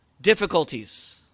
difficulties